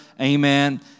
Amen